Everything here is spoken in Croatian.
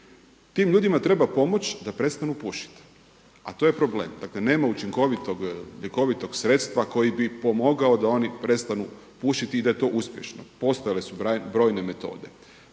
Tim ljudima treba pomoći da prestanu pušiti, a to je problem. Dakle, nema učinkovitog ljekovitog sredstva koji bi pomogao da oni prestanu pušiti i da je to uspješno. Postojale su brojne metode.